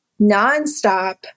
nonstop